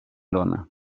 dóna